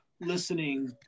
listening